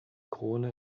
krone